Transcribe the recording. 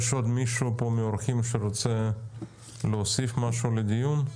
האם עוד מישהו מהאורחים רוצה להוסיף משהו לדיון?